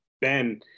Ben